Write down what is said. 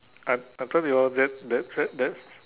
I I thought your that that that